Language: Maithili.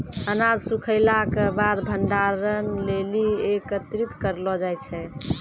अनाज सूखैला क बाद भंडारण लेलि एकत्रित करलो जाय छै?